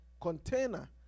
container